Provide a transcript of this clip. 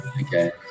Okay